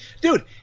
dude